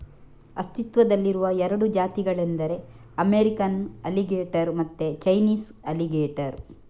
ಅಸ್ತಿತ್ವದಲ್ಲಿರುವ ಎರಡು ಜಾತಿಗಳೆಂದರೆ ಅಮೇರಿಕನ್ ಅಲಿಗೇಟರ್ ಮತ್ತೆ ಚೈನೀಸ್ ಅಲಿಗೇಟರ್